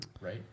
right